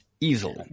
Easily